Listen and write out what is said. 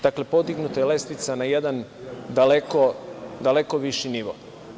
Dakle, podignuta je lestvica na jedan deleko viši nivo.